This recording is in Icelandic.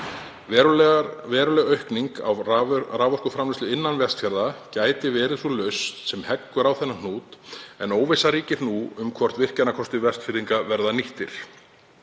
Veruleg aukning á raforkuframleiðslu innan Vestfjarða gæti verið sú lausn sem heggur á þennan hnút en óvissa ríkir nú um hvort virkjunarkostir Vestfirðinga verði nýttir.